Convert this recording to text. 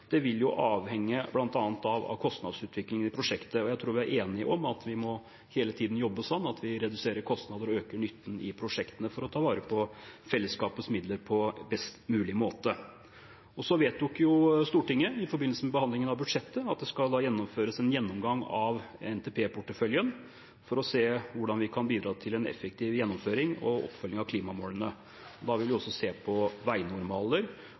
Det vil bl.a. avhenge av kostnadsutviklingen i prosjektet. Jeg tror vi er enige om at vi hele tiden må jobbe slik at vi reduserer kostnader og øker nytten i prosjektene for å ta vare på fellesskapets midler på best mulig måte. Så vedtok jo Stortinget, i forbindelse med behandlingen av budsjettet, at det skal gjennomføres en gjennomgang av NTP-porteføljen for å se på hvordan vi kan bidra til en effektiv gjennomføring og oppfølging av klimamålene. Da vil vi også se på veinormaler